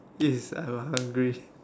is I'm hungry